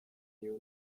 new